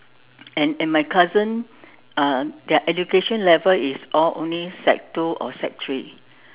and and my cousin uh their education level is all only sec two or sec three